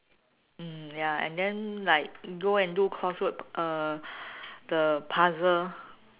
mm ya and then like go and do crossword uh the puzzle